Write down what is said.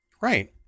Right